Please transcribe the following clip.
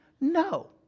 No